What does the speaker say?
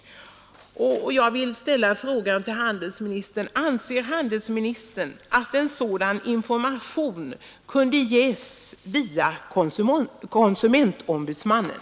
Jag frågar alltså: Anser handelsministern att en sådan information kan ges via konsumentombudsmannen?